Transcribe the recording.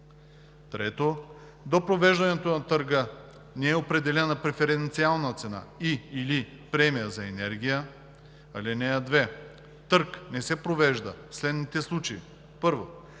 3. до провеждането на търга не е определяна преференциална цена и/или премия за енергията. (2) Търг не се провежда в следните случаи: 1.